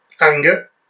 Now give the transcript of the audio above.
anger